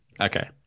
Okay